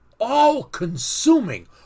all-consuming